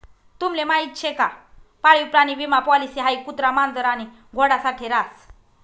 तुम्हले माहीत शे का पाळीव प्राणी विमा पॉलिसी हाई कुत्रा, मांजर आणि घोडा साठे रास